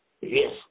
Yes